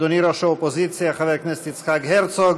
אדוני ראש האופוזיציה חבר הכנסת יצחק הרצוג,